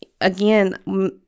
Again